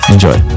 Enjoy